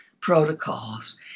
protocols